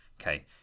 Okay